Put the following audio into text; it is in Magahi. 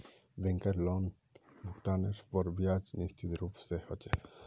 बैंकेर लोनभुगतानेर पर ब्याज निश्चित रूप से ह छे